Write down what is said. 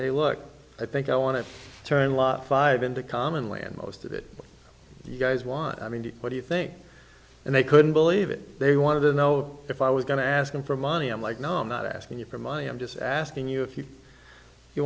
hey look i think i want to turn a lot five into common land most of it you guys want i mean what do you think and they couldn't believe it they wanted to know if i was going to ask them for money i'm like nominate asking you for my i'm just asking you if you you